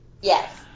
Yes